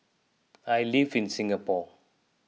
I live in Singapore